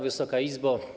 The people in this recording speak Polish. Wysoka Izbo!